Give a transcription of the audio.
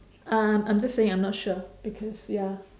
um I'm just saying I'm not sure because ya